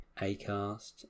Acast